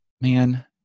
man